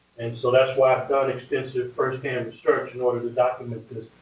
and so that's why i've done extensive, firsthand research in order to document this.